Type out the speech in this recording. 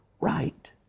right